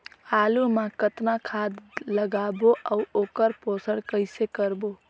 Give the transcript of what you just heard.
आलू मा कतना खाद लगाबो अउ ओकर पोषण कइसे करबो?